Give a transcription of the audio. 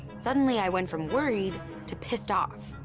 suddenly i went from worried to pissed off.